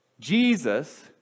Jesus